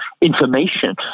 information